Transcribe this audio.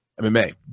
MMA